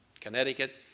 Connecticut